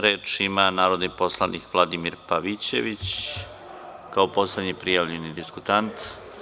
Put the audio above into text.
Reč ima narodni poslanik dr Vladimir Pavićević, kao poslednji prijavljeni diskutant.